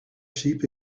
sheep